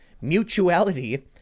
mutuality